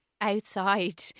outside